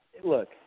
Look